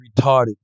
retarded